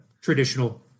Traditional